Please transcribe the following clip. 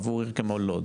עבור עיר כמו לוד,